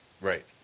Right